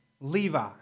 Levi